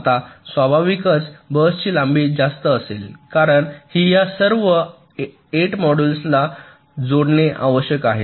आता स्वाभाविकच बसची लांबी जास्त असेल कारण या सर्व 8 मोड्यूल्सना त्यास जोडणे आवश्यक आहे